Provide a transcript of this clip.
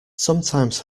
sometimes